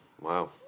Wow